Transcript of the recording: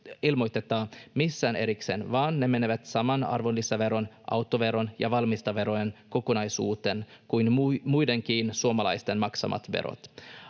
ilmoiteta missään erikseen, vaan ne menevät samaan arvonlisäveron, autoveron ja valmisteverojen kokonaisuuteen kuin muidenkin suomalaisten maksamat verot.